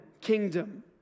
kingdom